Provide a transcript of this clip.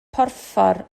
porffor